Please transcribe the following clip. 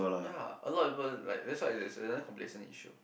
ya a lot people that's why it's another complacent issue